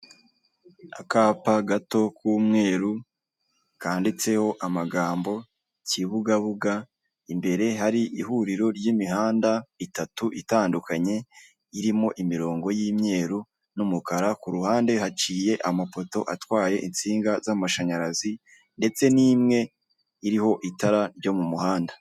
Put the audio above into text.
Akapa gato k'umweru kanditseho amagambo Kibugabuga, imbere hari ihuriro ry'imihanda itatu itandukanye, irimo imirongo y'imyeru n'umukara ku ruhande haciye amapoto atwaye insinga z'amashanyarazi, ndetse n'imwe iriho itara ryo mu muhanda.